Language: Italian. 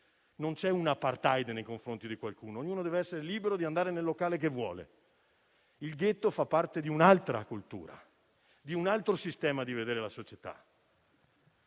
non c'è un'*apartheid* nei confronti di qualcuno; ognuno deve essere libero di andare nel locale che vuole. Il ghetto fa parte di un'altra cultura, di un altro sistema di vedere la società.